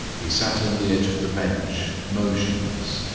he sat on the edge of the bench, motionless,